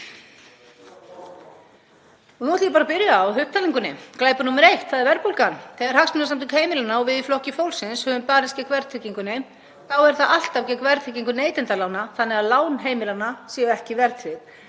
Nú ætla ég bara að byrja á upptalningunni. Glæpur númer eitt er verðbólgan. Þegar Hagsmunasamtök heimilanna og við í Flokki fólksins höfum barist gegn verðtryggingunni er það alltaf gegn verðtryggingu neytendalána, að lán heimilanna séu ekki verðtryggð.